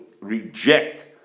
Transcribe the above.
reject